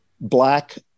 black